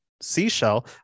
seashell